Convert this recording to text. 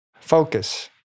Focus